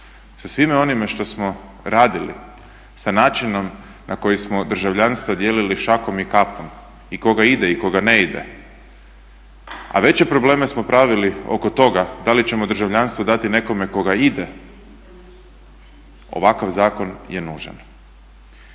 sa svime onime što smo radili, sa načinom na koji smo državljanstva dijelili šakom i kapom i koga ide i koga ne ide, a veće probleme smo pravili oko toga da li ćemo državljanstvo dati nekome koga ide, ovakav zakon je nužan.